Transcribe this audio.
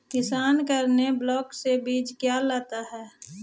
किसान करने ब्लाक से बीज क्यों लाता है?